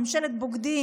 "ממשלת בוגדים",